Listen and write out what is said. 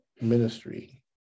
ministry